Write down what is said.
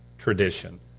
tradition